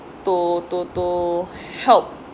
to to to help